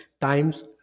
times